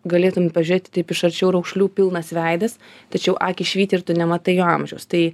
galėtum pažiūrėt taip iš arčiau raukšlių pilnas veidas tačiau akys švyti ir tu nematai jo amžiaus tai